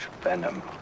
venom